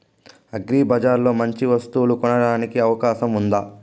అగ్రిబజార్ లో మంచి వస్తువు కొనడానికి అవకాశం వుందా?